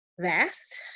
vast